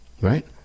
Right